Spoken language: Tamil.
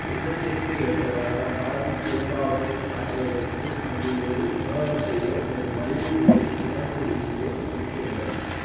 குடும்பத்திற்கு ஏற்றதாக ஆர்வி பூங்காவை மாற்றுவதற்கு அங்கு ஒரு உணவகத்தையோ ஒரு மலிவு விலை உணவு விடுதியையோ அமைத்திடுங்கள்